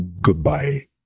Goodbye